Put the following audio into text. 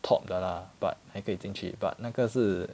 top 的 lah but 还可以进去 but 那个是